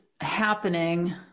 happening